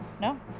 No